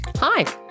Hi